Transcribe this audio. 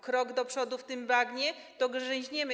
Krok do przodu w tym bagnie, to grzęźniemy.